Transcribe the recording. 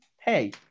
Hey